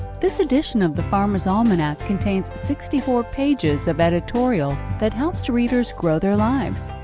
this edition of the farmers' almanac contains sixty four pages of editorial that helps readers grow their lives.